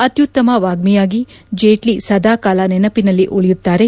ಅತ್ತುತ್ತಮ ವಾಗಿಯಾಗಿ ಜೇಟ್ಟ ಸದಾಕಾಲ ನೆನಪಿನಲ್ಲಿ ಉಳಿಯುತ್ತಾರೆ